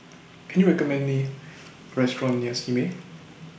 Can YOU recommend Me Restaurant near Simei